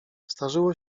zdarzyło